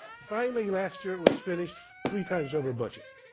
finally, last year, it was finished three times over budget.